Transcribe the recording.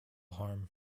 harm